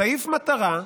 סעיף מטרה,